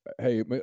hey